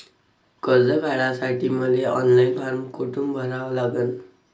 कर्ज काढासाठी मले ऑनलाईन फारम कोठून भरावा लागन?